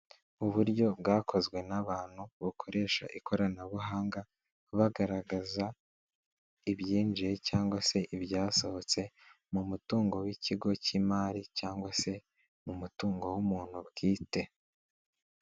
Uburyo bwakoze n'abantu bukoresha 'ikoranabuhanga bagaragaza ibyinjiye cyagwa ibyasohotse mukigo cyimari cyangwa umutungu w'umuntu bwite.